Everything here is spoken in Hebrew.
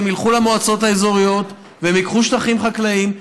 הם ילכו למועצות האזוריות והם ייקחו שטחים חקלאיים,